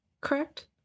correct